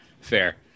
fair